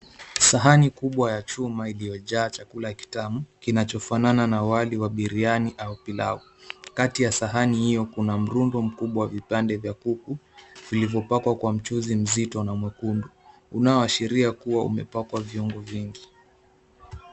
Sahani kubwa ya chuma iliyojaa chakula kitamu kinacho fanana na wali wa biriyani au pilau kati ya sahani hiyo, kuna mrundo mkubwa, vipande vya kuku vilivyopakwa kwa mchuuzi nzito na mwekundu unaoashiria kuwa umepakwa viungo vingi.